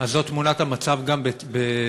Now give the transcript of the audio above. אז זאת תמונת המצב גם בצה"ל,